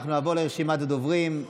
אנחנו נעבור לרשימת הדוברים.